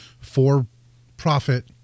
for-profit